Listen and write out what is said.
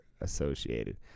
associated